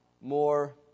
more